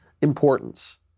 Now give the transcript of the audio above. importance